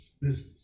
business